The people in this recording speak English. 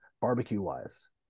barbecue-wise